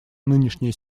нынешняя